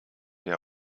der